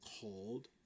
Called